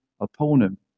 opponent